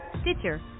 Stitcher